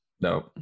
no